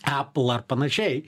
apple ar panašiai